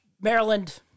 Maryland